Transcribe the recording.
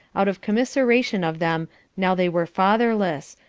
out of commiseration of them now they were fatherless,